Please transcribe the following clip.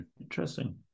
Interesting